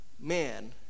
man